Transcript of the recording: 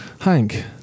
Hank